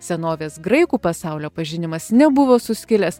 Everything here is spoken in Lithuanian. senovės graikų pasaulio pažinimas nebuvo suskilęs